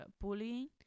bullying